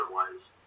otherwise